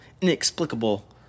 inexplicable